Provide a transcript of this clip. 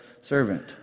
servant